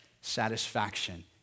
satisfaction